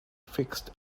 fixed